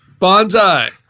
Bonsai